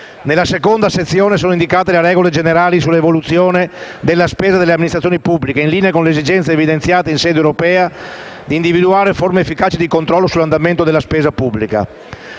Nella seconda sezione sono indicate le regole generali sull'evoluzione della spesa delle amministrazioni pubbliche, in linea con l'esigenza, evidenziata in sede europea, di individuare forme efficaci di controllo dell'andamento della spesa pubblica.